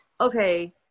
okay